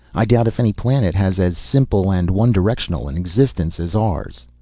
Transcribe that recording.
i doubt if any planet has as simple and one-directional an existence as ours.